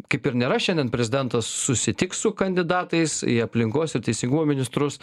kaip ir nėra šiandien prezidentas susitiks su kandidatais į aplinkos ir teisingumo ministrus